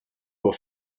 pour